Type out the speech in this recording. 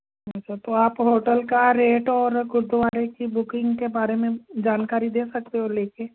अच्छा तो आप होटल का रेट और गुरूद्वारे की बुकिंग के बारे में जानकारी दे सकते हो लेकर